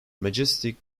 majestic